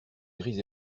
grises